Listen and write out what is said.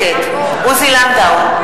נגד עוזי לנדאו,